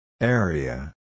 Area